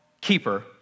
keeper